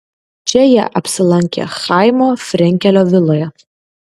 čia jie apsilankė chaimo frenkelio viloje